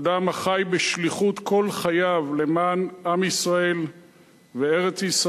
אדם החי בשליחות כל חייו למען עם ישראל וארץ-ישראל,